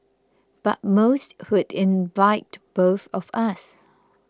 but most would invite both of us